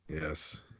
Yes